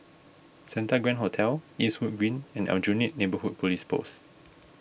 Santa Grand Hotel Eastwood Green and Aljunied Neighbourhood Police Post